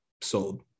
sold